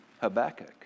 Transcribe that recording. Habakkuk